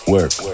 Work